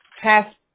past